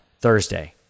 Thursday